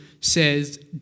says